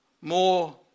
more